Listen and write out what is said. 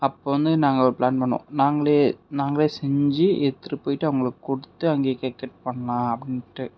அப்ப வந்து நாங்கள் ஒரு பிளான் பண்ணிணோம் நாங்களே நாங்களே செஞ்சு எடுத்துகிட்டு போய்விட்டு அவங்களுக்கு கொடுத்து அங்கேயே கேக் கட் பண்ணலாம் அப்படின்ட்டு